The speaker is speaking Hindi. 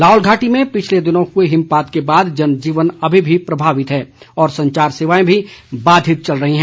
लाहौल घाटी में पिछले दिनों हुए हिमपात के बाद जनजीवन अभी भी प्रभावित है और संचार सेवाएं भी बाधित चल रही हैं